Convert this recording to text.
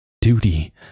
Duty